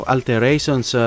Alterations